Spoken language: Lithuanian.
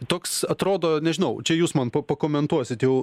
toks atrodo nežinau čia jūs man pakomentuosit jau